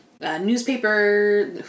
newspaper